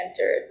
entered